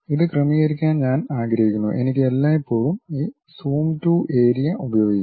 ഇത് ക്രമീകരിക്കാൻ ഞാൻ ആഗ്രഹിക്കുന്നു എനിക്ക് എല്ലായ്പ്പോഴും ഈ സൂം ടു ഏരിയ ഉപയോഗിക്കാം